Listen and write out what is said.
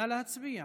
נא להצביע.